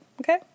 okay